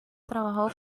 trabajó